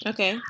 Okay